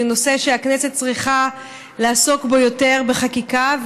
נושא שהכנסת צריכה לעסוק בו יותר בחקיקה.